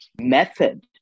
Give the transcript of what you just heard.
method